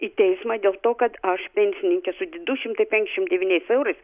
į teismą dėl to kad aš pensininkė su du šimtai penkiasdešimt devyniais eurais